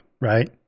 right